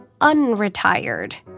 unretired